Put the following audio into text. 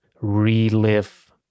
relive